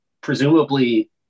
presumably